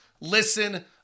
listen